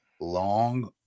long